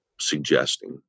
suggesting